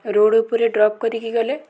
road ଉପରେ drop କରିକି ଗଲେ